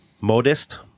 Modest